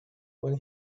when